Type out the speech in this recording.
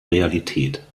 realität